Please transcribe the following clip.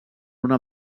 una